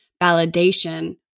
validation